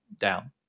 down